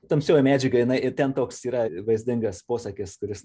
tamsioji medžiaga jinai ir ten toks yra vaizdingas posakis kuris